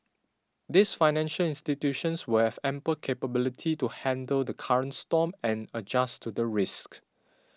this financial institutions will have ample capability to handle the current storm and adjust to the risks